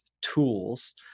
tools